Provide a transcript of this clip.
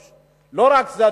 לא רק זה,